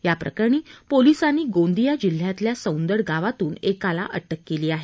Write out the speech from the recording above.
याप्रकरणी पोलिसांनी गोंदिया जिल्ह्यातल्या सौन्दड गावातून एकाला अटक केली आहे